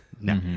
No